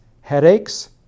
headaches